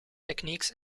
techniques